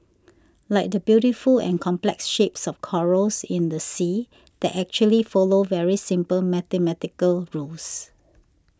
like the beautiful and complex shapes of corals in the sea that actually follow very simple mathematical rules